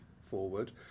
forward